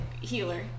healer